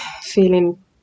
feeling